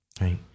Right